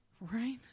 Right